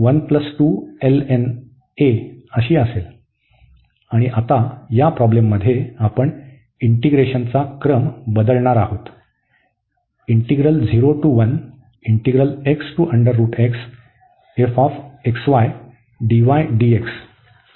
आता या प्रॉब्लेममध्ये आपण इंटीग्रेशनचा क्रम बदलणार आहोत